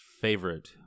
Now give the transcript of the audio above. favorite